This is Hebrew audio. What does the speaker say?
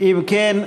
אם כן,